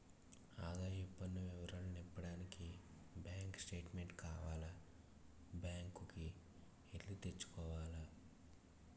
ఆదాయపు పన్ను వివరాలు నింపడానికి బ్యాంకు స్టేట్మెంటు కావాల బ్యాంకు కి ఎల్లి తెచ్చుకోవాల